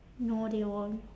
no they won't